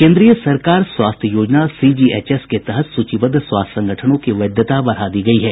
केंद्रीय सरकार स्वास्थ्य योजना सीजीएचएस के तहत सूचीबद्ध स्वास्थ्य संगठनों की वैधता बढा दी गई है